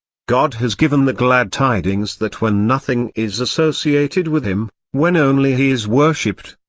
god has given the glad tidings that when nothing is associated with him, when only he is worshipped,